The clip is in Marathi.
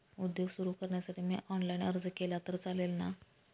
उद्योग सुरु करण्यासाठी मी ऑनलाईन अर्ज केला तर चालेल ना?